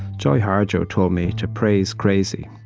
joy harjo told me to praise crazy,